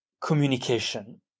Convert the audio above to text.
communication